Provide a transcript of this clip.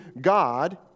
God